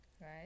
right